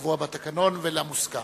לקבוע בתקנון ולמוסכם.